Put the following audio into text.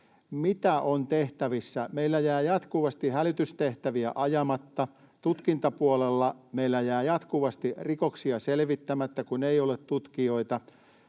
Mitä on tehtävissä? Meillä jää jatkuvasti hälytystehtäviä ajamatta, tutkintapuolella meillä jää jatkuvasti rikoksia selvittämättä, kun ei ole tutkijoita,